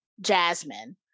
Jasmine